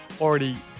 already